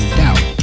doubt